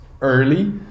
early